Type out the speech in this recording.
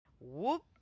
whoop